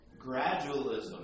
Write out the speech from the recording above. gradualism